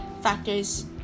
factors